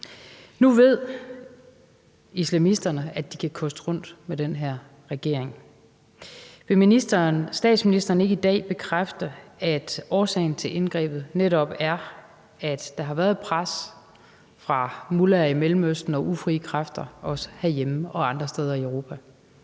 Nu ved islamisterne, at de kan koste rundt med den her regering. Vil statsministeren ikke i dag bekræfte, at årsagen til indgrebet netop er, at der har været et pres fra mullaher i Mellemøsten og ufrie kræfter både herhjemme og andre steder i Europa?